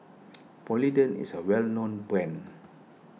Polident is a well known brand